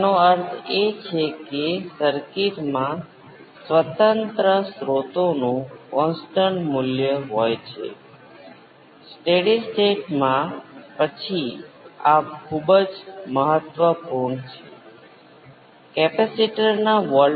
છેલ્લે V p cos ω t 5 આ response નો વાસ્તવિક ભાગ શું છે અને તે કરવા માટેની ઘણી રીતો શું છે તે સૌ પ્રથમ જુઓ કે આપણે જટિલ સંખ્યાઓ સાથે જોડાયેલી ગણતરીઓમાં પહેલાથી જ ખૂબ આરામદાયક છીએ ત્યાં જટિલ સંખ્યાઓના બે સ્વરૂપો છે